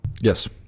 Yes